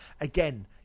again